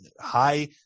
high